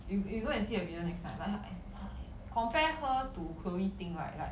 y~ you go and see the video next time like like compare her to Chloe Ting right like